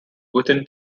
within